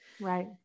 Right